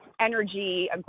energy